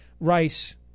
Rice